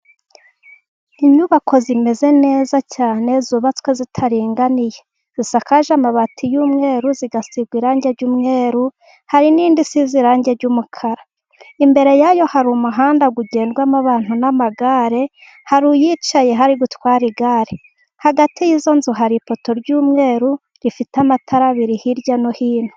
Inyubako zimeze neza cyane, zubatswe zitaringaniye, zisakaje amabati y'umweru ,zigagwa irangi ry'umweru, hari n'indi isize irangi ry'umukara, imbere yayo hari umuhanda ugendwamo abantu n'amagare, hari uyicayeho uri gutware igare ,hagati y'izo nzu hari ifoto y'umweru ifite amatara abiri hirya no hino.